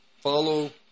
follow